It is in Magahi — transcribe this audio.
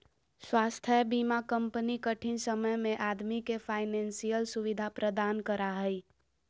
स्वास्थ्य बीमा कंपनी कठिन समय में आदमी के फाइनेंशियल सुविधा प्रदान करा हइ